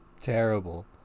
Terrible